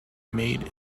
made